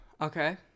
okay